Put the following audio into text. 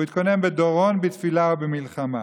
הוא התכונן בדורון, בתפילה ובמלחמה.